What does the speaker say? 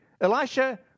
Elisha